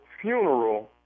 funeral